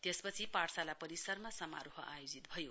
त्यसपछि पाठशाला परिसरमा समारोह आयोजित भयो